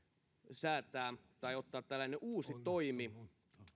säätää tai ottaa tällainen uusi toimi